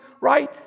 right